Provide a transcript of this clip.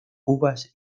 uvas